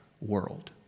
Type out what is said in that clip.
world